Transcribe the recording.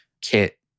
kit